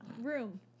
Room